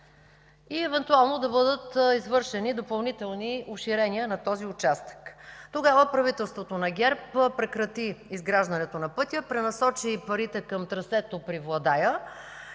и евентуално да бъдат извършени допълнителни уширения на този участък. Тогава правителството на ГЕРБ прекрати изграждането на пътя, пренасочи парите към трасето при Владая,